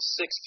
six